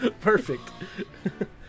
Perfect